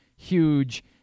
huge